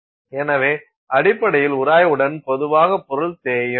எனவே அடிப்படையில் உராய்வுடன் மெதுவாக பொருள் தேயும்